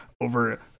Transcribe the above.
over